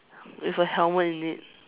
with a helmet in it